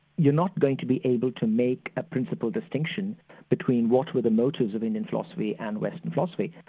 you're not going to be able to make a principal distinction between what were the motives of indian philosophy and western philosophy.